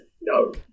no